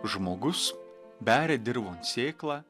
žmogus beria dirvon sėklą